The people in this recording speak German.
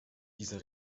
dieser